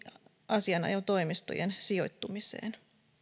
asianajotoimistojen sijoittumiseen